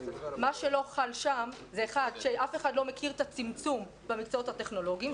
שלא חל שם זה שאף אחד לא מכיר את הצמצום במקצועות הטכנולוגיים,